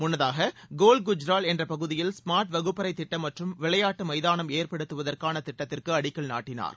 முன்னதாக கோல் குஜ்ரல் என்ற பகுதியில் ஸ்மார்ட் வகுப்பறை திட்டம் மற்றம் விளையாட்டு மைதானம் ஏற்படுத்துவதற்கான திட்டத்திற்கு அடிக்கல் நாட்டினார்